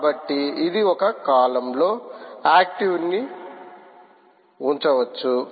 కాబట్టి ఇది ఒక కాలమ్ లో ఆక్టివ్ ని ఉంచవచ్చు